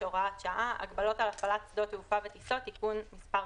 (הוראת שעה) (הגבלות על הפעלת שדות תעופה וטיסות) (תיקון מס'